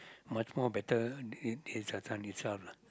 much more better these days your time is up lah